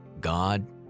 God